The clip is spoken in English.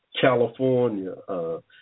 California